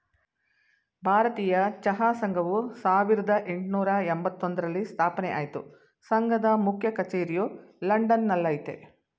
ಭಾರತೀಯ ಚಹಾ ಸಂಘವು ಸಾವಿರ್ದ ಯೆಂಟ್ನೂರ ಎಂಬತ್ತೊಂದ್ರಲ್ಲಿ ಸ್ಥಾಪನೆ ಆಯ್ತು ಸಂಘದ ಮುಖ್ಯ ಕಚೇರಿಯು ಲಂಡನ್ ನಲ್ಲಯ್ತೆ